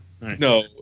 no